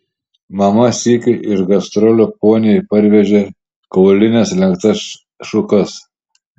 mama sykį iš gastrolių poniai parvežė kaulines lenktas šukas